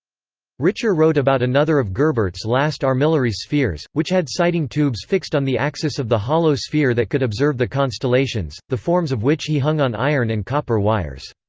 richer wrote about another of gerbert's last armillary spheres, which had sighting tubes fixed on the axis of the hollow sphere that could observe the constellations, the forms of which he hung on iron and copper wires.